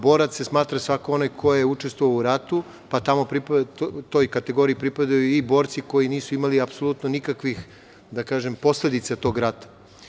Borac se smatra svako onaj ko je učestvovao u ratu, pa toj kategoriji pripadaju i borci koji nisu imali apsolutno nikakvih, da kažem posledica tog rata.